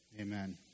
Amen